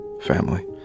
family